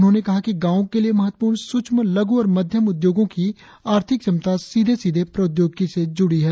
उन्होंने कहा कि गांवो के लिए महत्वपूर्ण सूक्ष्म लघु और मध्यम उद्योगों की आर्थिक क्षमता सीधे सीधे प्रौद्योगिकी से जुड़ी है